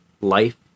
life